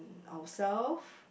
ourselves